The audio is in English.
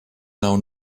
now